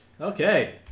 Okay